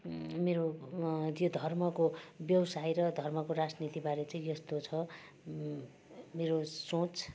मेरो त्यो धर्मको व्यवसाय र धर्मको राजनीति बारे चाहिँ यस्तो छ मेरो सोच